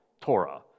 Torah